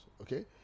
okay